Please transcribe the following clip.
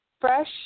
fresh